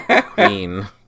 Queen